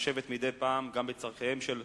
מתחשבת מדי פעם גם בצורכיהם של